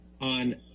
on